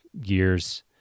years